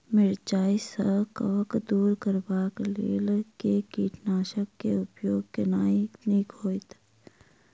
मिरचाई सँ कवक दूर करबाक लेल केँ कीटनासक केँ उपयोग केनाइ नीक होइत?